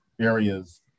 areas